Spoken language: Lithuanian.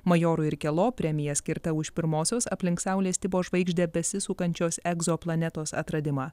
majorui ir kelo premija skirta už pirmosios aplink saulės tipo žvaigždę besisukančios egzoplanetos atradimą